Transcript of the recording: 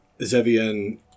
Zevian